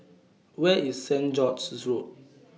Where IS Saint George's Road